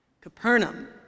Capernaum